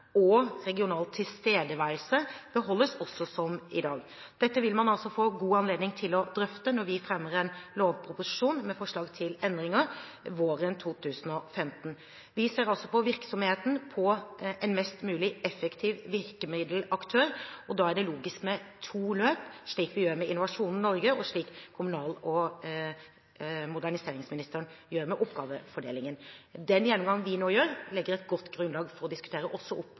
og regional tilstedeværelse beholdes også som i dag. Dette vil man altså få god anledning til å drøfte når vi fremmer en lovproposisjon med forslag til endringer våren 2015. Vi ser altså på virksomheten og på en mest mulig effektiv virkemiddelaktør, og da er det logisk med to løp, slik vi gjør med Innovasjon Norge, og slik kommunal- og moderniseringsministeren gjør med oppgavefordelingen. Den gjennomgangen vi nå gjør, legger et godt grunnlag for også å diskutere